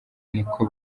niko